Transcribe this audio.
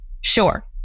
sure